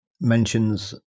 mentions